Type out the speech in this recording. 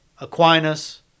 Aquinas